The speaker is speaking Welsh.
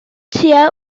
tua